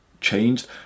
changed